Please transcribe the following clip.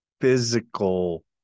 physical